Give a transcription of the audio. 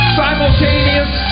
simultaneous